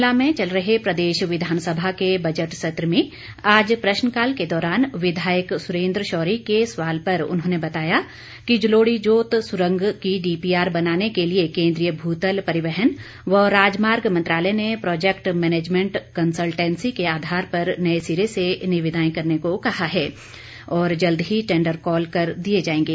शिमला में चल रहे प्रदेश विधानसभा के बजट सत्र में आज प्रश्नकाल के दौरान विधायक सुरेंद्र शौरी के सवाल पर उन्होंने बताया कि जलोड़ी जोत सुरंग की डीपीआर बनाने के लिए केंद्रीय भूतल परिवहन व राजमार्ग मंत्रालय ने प्रोजेक्ट मैनेजमेंट कंसलटेंसी के आधार पर नए सिरे से निविदाएं करने को कहा है और जल्द ही टेंडर कॉल कर दिए जाएंगे